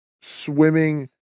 swimming